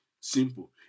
simple